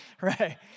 right